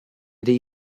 dei